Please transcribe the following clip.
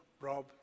rob